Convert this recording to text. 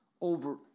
over